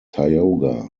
tioga